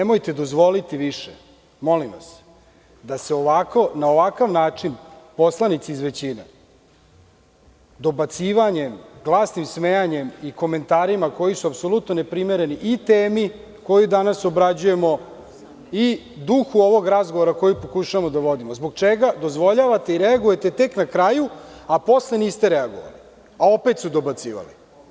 Nemojte više dozvoliti, molim vas, da se na ovakav način poslanici iz većine dobacivanjem, glasnim smejanjem i komentarima koji su apsolutno neprimereni i temi koju danas obrađujemo i duhu ovog razgovora koji pokušavamo da vodimo, zbog čega dozvoljavate i reagujete tek na kraju, a posle niste reagovali, a opet su dobacivali.